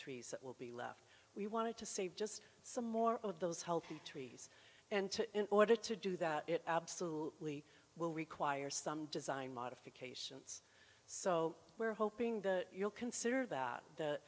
trees that will be left we wanted to save just some more of those healthy trees and to in order to do that it absolutely will require some design modifications so we're hoping that you'll consider that